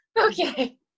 okay